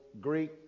Greek